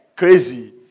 crazy